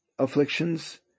Afflictions